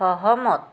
সহমত